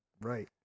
Right